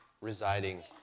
residing